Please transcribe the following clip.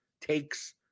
takes